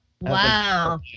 Wow